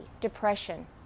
depression